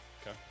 Okay